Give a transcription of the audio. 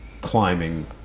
climbing